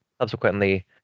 subsequently